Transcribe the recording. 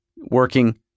working